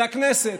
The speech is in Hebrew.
זה הכנסת,